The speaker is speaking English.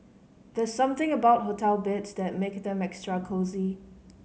there's something about hotel beds that make them extra cosy